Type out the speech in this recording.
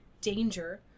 danger